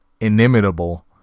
inimitable